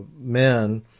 men